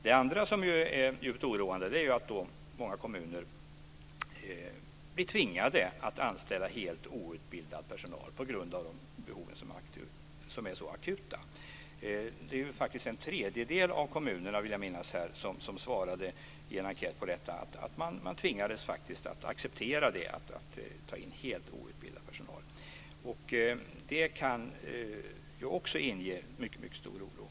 Det andra som är djupt oroande är att många kommuner blir tvingade att anställa helt outbildad personal på grund av att behoven är så akuta. Jag vill minnas att det var en tredjedel av kommunerna som i en enkät svarade att man tvingades acceptera att ta in helt outbildad personal. Det kan ju också inge mycket stor oro.